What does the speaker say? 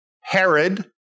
Herod